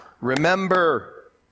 Remember